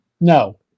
No